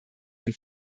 ein